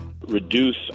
reduce